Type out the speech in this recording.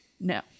No